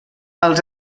els